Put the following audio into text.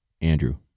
Andrew